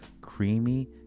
creamy